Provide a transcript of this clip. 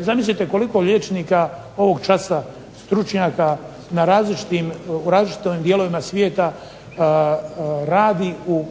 zamislite koliko liječnika ovog časa stručnjaka na različitim, u različitim dijelovima svijeta radi u